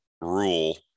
rule